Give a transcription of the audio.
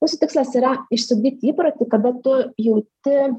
mūsų tikslas yra išsiugdyti įprotį kada tu jauti